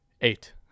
Eight